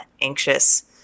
anxious